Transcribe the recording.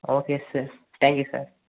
okay sir thank you sir